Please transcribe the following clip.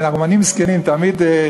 כן, הרומנים מסכנים כן.